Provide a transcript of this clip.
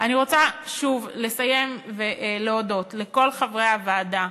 אני רוצה שוב לסיים ולהודות לכל חברי הוועדה: